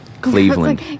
Cleveland